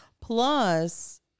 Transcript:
Plus